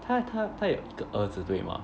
他他他有一个儿子对吗